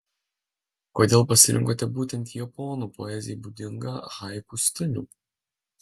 kodėl pasirinkote būtent japonų poezijai būdingą haiku stilių